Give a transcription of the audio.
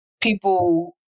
People